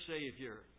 Savior